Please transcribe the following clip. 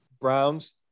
Browns